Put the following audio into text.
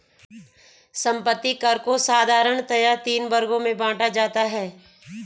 संपत्ति कर को साधारणतया तीन वर्गों में बांटा जाता है